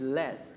less